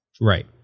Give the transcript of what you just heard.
Right